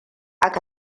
aka